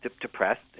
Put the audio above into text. depressed